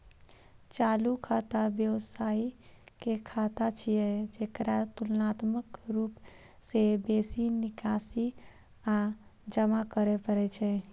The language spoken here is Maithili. चालू खाता व्यवसायी के खाता छियै, जेकरा तुलनात्मक रूप सं बेसी निकासी आ जमा करै पड़ै छै